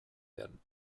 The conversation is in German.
werden